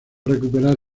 recuperar